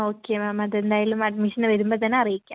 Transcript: okay ma'am അതെന്തായാലും അഡ്മിഷന് വരുമ്പോൾ തന്നെ അറിയിക്കാം